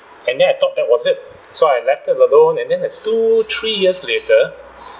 and then I thought that was it so I left that alone and then uh two three years later